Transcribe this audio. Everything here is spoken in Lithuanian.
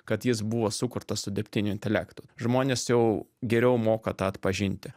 kad jis buvo sukurtas su dirbtiniu intelektu žmonės jau geriau moka tą atpažinti